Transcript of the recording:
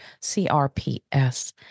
CRPS